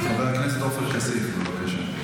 חבר הכנסת עופר כסיף, בבקשה.